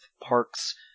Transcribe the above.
Park's